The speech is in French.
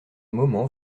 moment